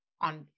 on